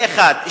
זה, אחד.